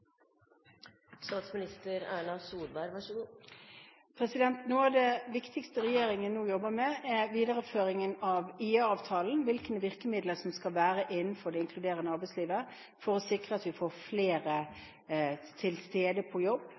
Noe av det viktigste regjeringen nå jobber med, er videreføringen av IA-avtalen – hvilke virkemidler som skal være innenfor det inkluderende arbeidslivet for å sikre at vi får flere til stede på jobb,